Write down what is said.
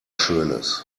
schönes